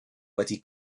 wedi